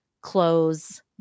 clothes